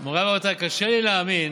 מוריי ורבותיי, קשה לי להאמין